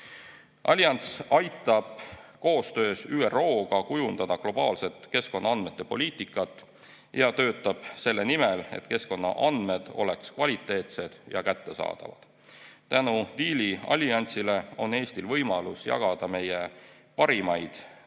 Allianss aitab koostöös ÜRO‑ga kujundada globaalset keskkonnaandmete poliitikat ja töötab selle nimel, et keskkonnaandmed oleksid kvaliteetsed ja kättesaadavad. Tänu DEAL‑ile on Eestil võimalus jagada meie parimaid praktikaid